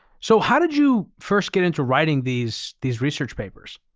so, how did you first get into writing these these research papers?